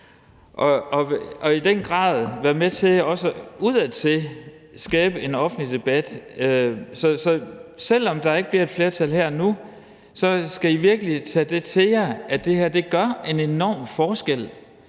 er med til også udadtil at skabe en offentlig debat, så selv om der ikke bliver et flertal her og nu, skal I virkelig tage til jer, at det her gør en enorm forskel,